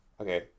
Okay